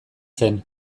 zen